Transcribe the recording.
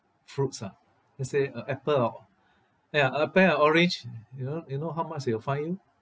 fruits ah let's say a apple or ya a a pear or orange you know you know how much they will fine you